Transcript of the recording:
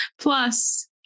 Plus